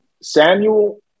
Samuel